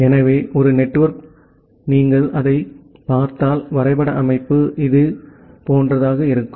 எனவே ஒரு நெட்வொர்க் நீங்கள் அதைப் பார்த்தால் வரைபட அமைப்பு இது இதுபோன்றதாக இருக்கும்